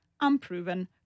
unproven